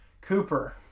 Cooper